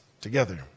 together